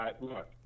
look